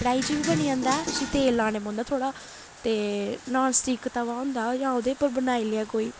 कड़ाही च बी बनी जंदा उस्सी तेल लानै पौंदा थोह्ड़ा ते नान स्टिक तवा होंदा जां ओहदे पर बनाई लेआ कोई